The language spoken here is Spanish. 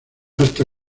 hasta